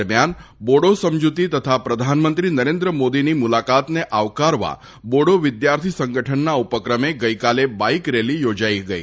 દરમ્યાન બોડો સમજતી તથા પ્રધાનમંત્રી નરેન્દ્ર મોદીની મુલાકાતને આવકારવા બોડી વિદ્યાર્થી સંગઠનના ઉપક્રમે ગઈકાલે બાઈક રેલી યોજાઈ હતી